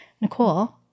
Nicole